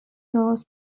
درست